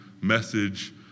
message